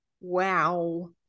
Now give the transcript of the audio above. Wow